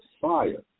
fire